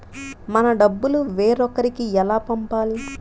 మన డబ్బులు వేరొకరికి ఎలా పంపాలి?